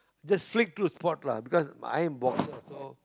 just slick through sport lah because I'm boxer also